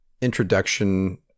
introduction